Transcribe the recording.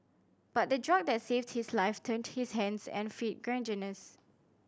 but the drug that saved his life turned his hands and feet gangrenous